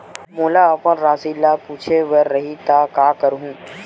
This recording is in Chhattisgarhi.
मोला अपन राशि ल पूछे बर रही त का करहूं?